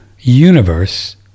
universe